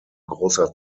großer